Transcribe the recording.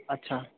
अच्छा